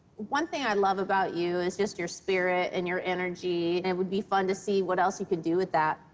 one thing i love about you is just your spirit and your energy, and it would be fun to see what else you can do with that.